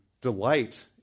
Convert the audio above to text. delight